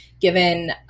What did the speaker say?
given